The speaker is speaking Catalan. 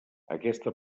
aquesta